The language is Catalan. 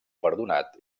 perdonat